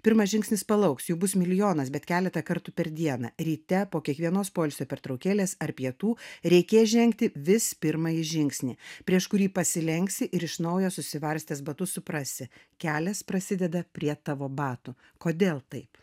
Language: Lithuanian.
pirmas žingsnis palauks jų bus milijonas bet keletą kartų per dieną ryte po kiekvienos poilsio pertraukėlės ar pietų reikės žengti vis pirmąjį žingsnį prieš kurį pasilenksi ir iš naujo susivarstęs batus suprasi kelias prasideda prie tavo batų kodėl taip